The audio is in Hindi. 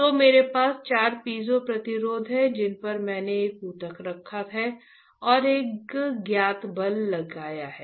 तो मेरे पास चार पीजो प्रतिरोधक हैं जिन पर मैंने एक ऊतक रखा है और एक ज्ञात बल लगाया है